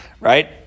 Right